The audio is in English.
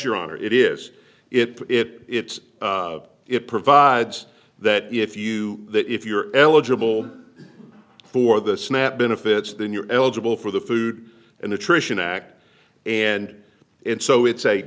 your honor it is it it's it provides that if you that if you're eligible for the snap benefits then you're eligible for the food and nutrition act and and so it's a